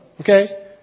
Okay